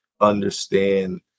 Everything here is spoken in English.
understand